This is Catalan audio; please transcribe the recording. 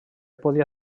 podia